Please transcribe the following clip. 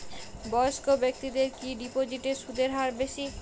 বয়স্ক ব্যেক্তিদের কি ডিপোজিটে সুদের হার বেশি?